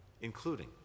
including